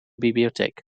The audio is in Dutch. bibliotheek